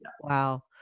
Wow